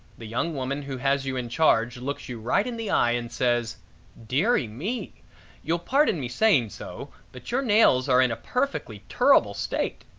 the young woman who has you in charge looks you right in the eye and says dearie me you'll pardon me saying so, but your nails are in a perfectly turrible state.